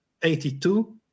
82